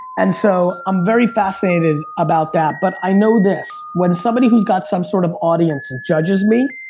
and so i'm very fascinated about that, but i know this. when somebody whose got some sort of audience and judges me?